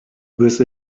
with